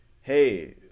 hey